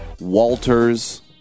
Walters